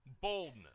Boldness